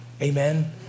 Amen